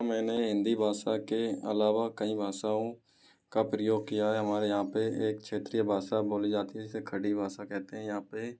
मैंने हिंदी भाषा के अलावा कईं भाषाओं का प्रयोग किया है हमारे यहाँ पे एक क्षेत्रीय भाषा बोली जाती है जिसे खड़ी भाषा कहते हैं यहाँ पे